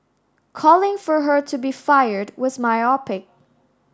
calling for her to be fired was myopic